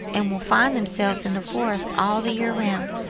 and will find themselves in the forest all the year round.